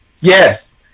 Yes